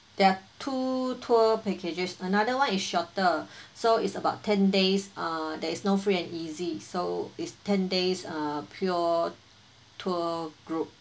there are two tour packages another one is shorter so it's about ten days uh there is no free and easy so it's ten days uh pure tour group